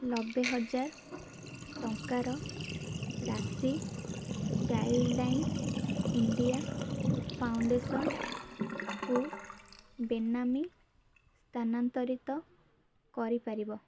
ନେବେହଜାର ଟଙ୍କାର ରାଶି child line India ଫାଉଣ୍ଡେସନ୍କୁ ବେନାମୀ ସ୍ଥାନାନ୍ତରିତ କରିପାରିବ